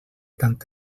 tant